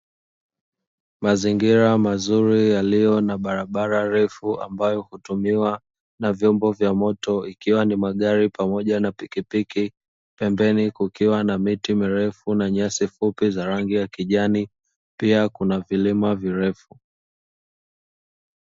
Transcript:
Mazingira mazuri yaliyo na barabara refu ambayo hutumiwa na vyombo vya moto ikiwa ni magari na pikipiki pembeni kukiwa na miti mirefu na nyasi fupi za rangi ya kijani pia kuna vilima virefu.